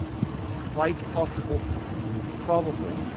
and it is quite possible, and even probable,